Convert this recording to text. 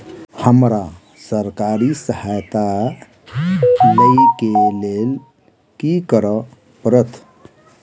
हमरा सरकारी सहायता लई केँ लेल की करऽ पड़त?